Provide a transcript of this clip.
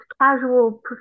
casual